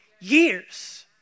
years